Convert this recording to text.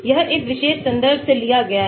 यह इस विशेष संदर्भ से लिया गया है